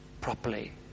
properly